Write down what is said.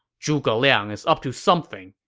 zhuge liang is up to something.